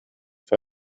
für